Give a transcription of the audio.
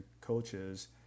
coaches